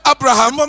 Abraham